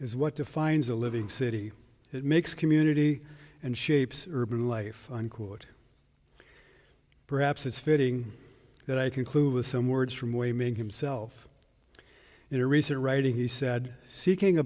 is what defines a living city that makes community and shapes urban life unquote perhaps it's fitting that i conclude with some words from way maine himself in a recent writing he said seeking a